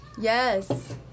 Yes